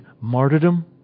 martyrdom